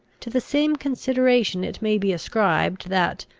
to the same consideration it may be ascribed, that,